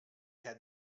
had